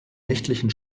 nächtlichen